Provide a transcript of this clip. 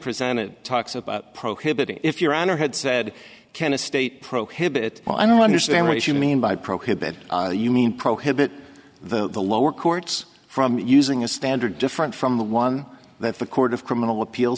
presented talks about prohibiting if your honor had said can a state prohibit well i don't understand what you mean by prohibit you mean prohibit the lower courts from using a standard different from the one that the court of criminal appeal